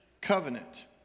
covenant